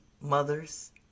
mothers